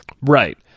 Right